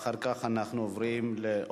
אחר כך אנחנו עוברים לעוד